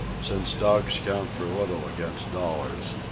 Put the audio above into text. since dogs count for little against dollars,